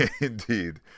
indeed